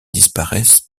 disparaissent